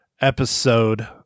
episode